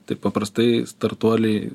tai paprastai startuoliai